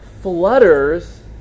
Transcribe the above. flutters